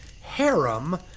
harem